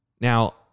Now